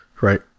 Right